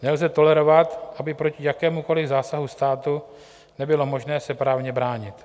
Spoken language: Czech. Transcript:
Nelze tolerovat, aby proti jakémukoli zásahu státu nebylo možné se právně bránit.